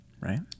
Right